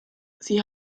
sie